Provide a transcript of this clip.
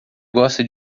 gosta